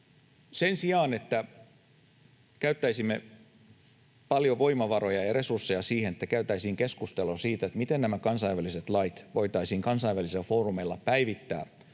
Sen sijaan, että käyttäisimme paljon voimavaroja ja resursseja siihen, että käytäisiin keskustelua siitä, miten nämä kansainväliset lait voitaisiin kansainvälisillä foorumeilla päivittää